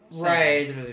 right